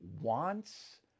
wants